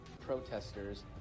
Protesters